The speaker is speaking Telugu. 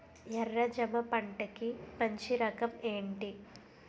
ఎర్ర జమ పంట కి మంచి రకం ఏంటి?